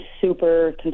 super